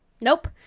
Nope